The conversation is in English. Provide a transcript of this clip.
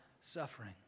suffering